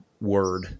word